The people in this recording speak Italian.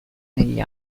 negli